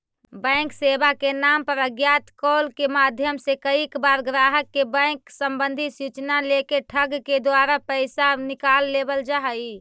bank सेवा के नाम पर अज्ञात कॉल के माध्यम से कईक बार ग्राहक के बैंक संबंधी सूचना लेके ठग के द्वारा पैसा निकाल लेवल जा हइ